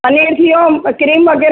पनीर थी वियो क्रीम वग़ैरह